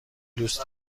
دوست